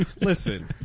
Listen